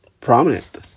prominent